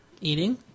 Eating